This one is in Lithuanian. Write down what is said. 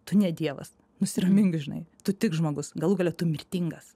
tu ne dievas nusiramink žinai tu tik žmogus galų gale tu mirtingas